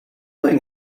doing